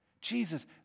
Jesus